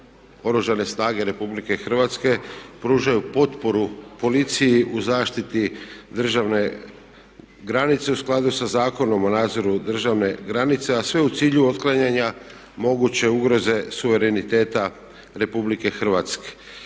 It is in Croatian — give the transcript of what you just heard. Oružane snage Republike Hrvatske pružaju potporu policiji u zaštiti državne granice u skladu sa Zakonom o nadzoru državne granice a sve u cilju otklanjanja moguće ugroze suvereniteta Republike Hrvatske.